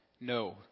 No